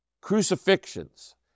crucifixions